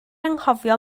anghofio